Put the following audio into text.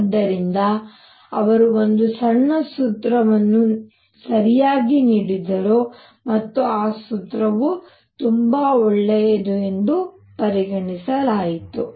ಆದ್ದರಿಂದ ಅವರು ಒಂದು ಸೂತ್ರವನ್ನು ಸರಿಯಾಗಿ ನೀಡಿದರು ಮತ್ತು ಆ ಸೂತ್ರವು ತುಂಬಾ ಒಳ್ಳೆಯದು ಎಂದು ಪರಿಗಣಿಸಲಾಯಿತು